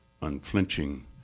unflinching